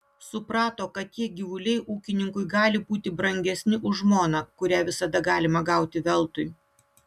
suprato kad tie gyvuliai ūkininkui gali būti brangesni už žmoną kurią visada galima gauti veltui